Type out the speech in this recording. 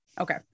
Okay